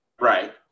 Right